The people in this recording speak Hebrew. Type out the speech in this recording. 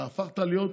אתה הפכת להיות,